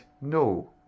no